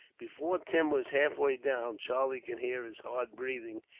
before tim was halfway down, charlie could hear his hard breathing,